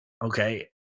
Okay